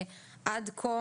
15)(תיקון),